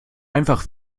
einfach